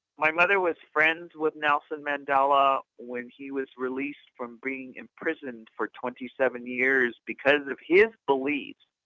my mother was friends with nelson mandela when he was released from being in prison for twenty seven years, because of his beliefs,